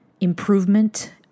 improvement